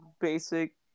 basic